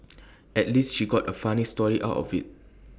at least she got A funny story out of IT